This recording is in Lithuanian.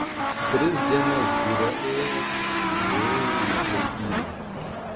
tris dienas giria ėjęs priėjo jis laukymę